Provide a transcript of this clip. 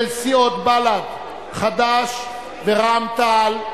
של סיעות בל"ד, חד"ש ורע"ם-תע"ל,